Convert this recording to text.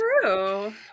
true